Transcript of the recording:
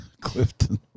Clifton